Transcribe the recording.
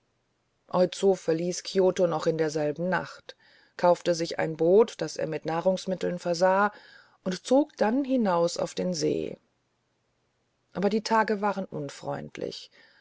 oizo verließ kioto noch in derselben nacht kaufte sich ein boot das er mit nahrungsmitteln versah und zog dann hinaus auf den see aber die tage waren unfreundlich